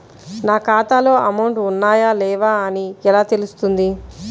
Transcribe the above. నా ఖాతాలో అమౌంట్ ఉన్నాయా లేవా అని ఎలా తెలుస్తుంది?